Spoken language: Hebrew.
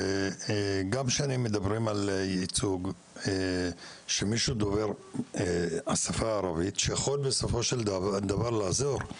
גם כשמדברים על ייצוג של דובר השפה הערבית שיכול בסופו של דבר לעזור,